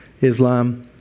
Islam